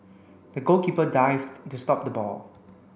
the goalkeeper dived to stop the ball